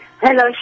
Hello